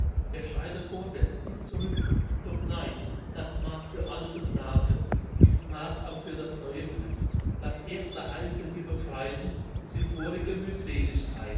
er schreite vorwärts nie zurück doch nein das maß für alte plagen ist maß auch für das neue glück das erste heil für die befreiten sind vorige